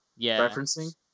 referencing